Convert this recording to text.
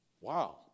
Wow